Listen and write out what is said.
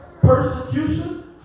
persecution